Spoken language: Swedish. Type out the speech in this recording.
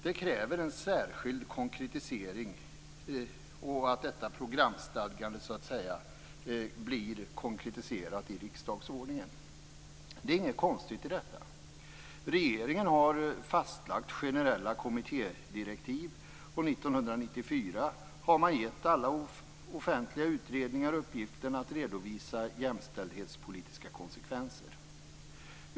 Det krävs en särskild konkretisering av detta programstadgande i riksdagsordningen. Det är inget konstigt med det. Regeringen har fastlagt generella kommittédirektiv. 1994 gav man alla offentliga utredningar uppgiften att redovisa jämställdhetspolitiska konsekvenser.